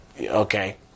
okay